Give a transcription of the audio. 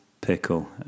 pickle